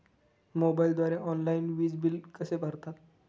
मोबाईलद्वारे ऑनलाईन वीज बिल कसे भरतात?